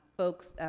folks,